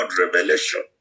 revelation